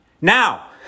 Now